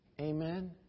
Amen